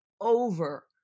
over